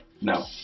No